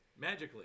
Magically